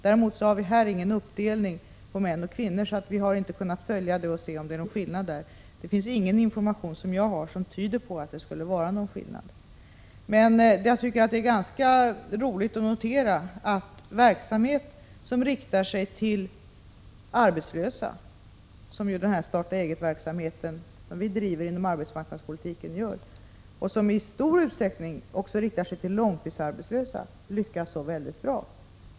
Däremot har vi här ingen uppdelning på män och kvinnor, så vi har inte kunnat se om det är någon skillnad. Ingen information som jag har fått tyder på att det skulle vara någon skillnad. Men jag tycker att det är ganska roligt att notera att verksamhet som riktar sig till arbetslösa — såsom den starta-eget-verksamhet vi driver inom arbetsmarknadspolitiken —, och som i stor utsträckning också riktar sig till långtidsarbetslösa, lyckas så bra.